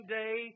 day